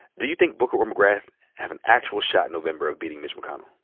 do you think booker or mcgrath have an actual shot in november of beating mitch mcconnell?